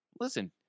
Listen